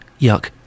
Yuck